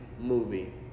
movie